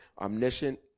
Omniscient